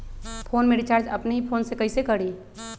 Phone में recharge अपने ही फ़ोन से कईसे करी?